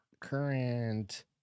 current